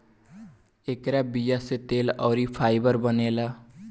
एकरा बीया से तेल अउरी फाइबर बनेला